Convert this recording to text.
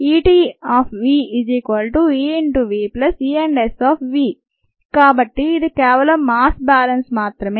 EtVEVESV కాబట్టి ఇది కేవలం మాస్ బ్యాలెన్స్ మాత్రమే